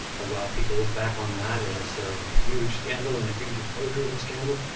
while people look back on that as so a huge scandal and a huge exposure of a scandal,